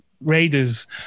Raiders